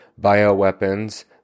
bioweapons